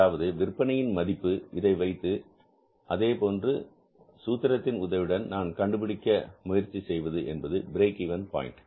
அதாவது விற்பனையின் மதிப்பு இதை வைத்து அதேபோன்று சூத்திரத்தின் உதவியுடன் நாம் கண்டுபிடிக்க முயற்சி செய்வது என்பது பிரேக் இவென் பாயின்ட்